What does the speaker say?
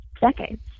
decades